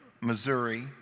Missouri